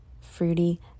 fruity